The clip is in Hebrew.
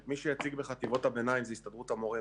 מי שיציג בחטיבות הביניים זה הסתדרות המורים.